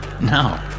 No